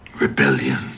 Rebellion